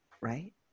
Right